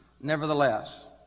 nevertheless